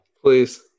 Please